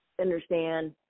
understand